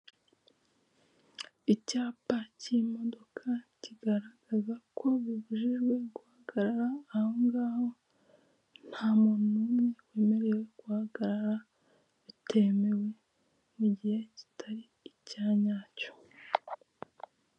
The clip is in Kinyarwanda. Icyapa k'imodoka kigaragaza ko bibujijwe gihagarara aho ngaho. Ntamuntu n'umwe wemerewe guhagarara bitemewe mu gihe kitari icya nyacyo